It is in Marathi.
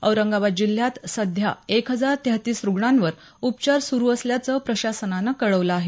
औरंगाबाद जिल्ह्यात सध्या एक हजार तेहतीस रुग्णांवर उपचार सुरू असल्याचं प्रशासनानं कळवलं आहे